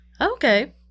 okay